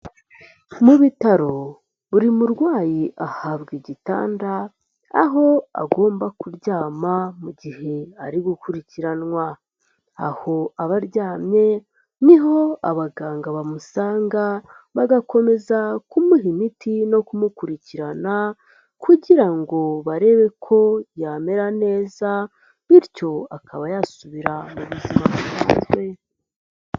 Mu bitaro, buri murwayi ahabwa igitanda, aho agomba kuryama mu gihe ari gukurikiranwa, aho aba aryamye, ni ho abaganga bamusanga, bagakomeza kumuha imiti no kumukurikirana kugira ngo barebe ko yamera neza, bityo akaba yasubira mu buzima busanzwe.